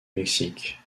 mexique